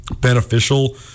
beneficial